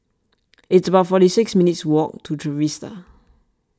it's about forty six minutes' walk to Trevista